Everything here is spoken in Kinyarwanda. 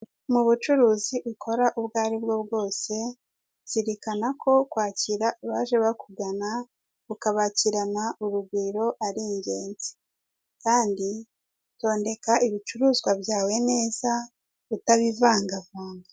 Mu bucuruzi ukora ubwo aribwo bwose, zirikana ko kwakira abaje bakugana, ukabakirana urugwiro ari ingenzi, kandi tondeka ibicuruzwa byawe neza utabivangavanga.